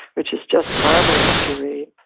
which is just marvelous to read.